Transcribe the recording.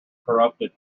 corrupted